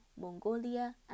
Mongolia